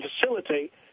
facilitate